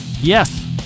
Yes